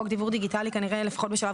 חוק דיוור דיגיטלי כנראה לפחות בשלב